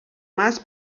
más